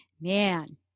Man